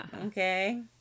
Okay